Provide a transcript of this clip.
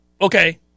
okay